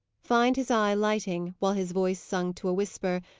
find his eye lighting, while his voice sunk to a whisper,